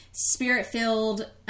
spirit-filled